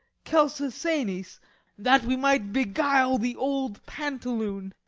celsa senis that we might beguile the old pantaloon.